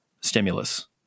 stimulus